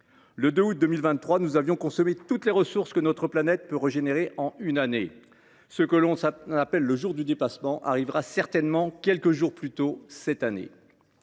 Le 2 août 2023, nous avons consommé toutes les ressources que notre planète peut régénérer en une année. Ce que l’on appelle le jour du dépassement arrivera certainement quelques jours plus tôt cette année.